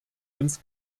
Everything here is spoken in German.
ins